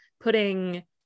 putting